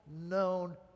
Known